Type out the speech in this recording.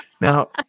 Now